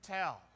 tell